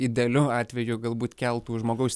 idealiu atveju galbūt keltų žmogaus